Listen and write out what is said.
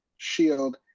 Shield